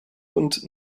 und